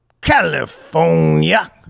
California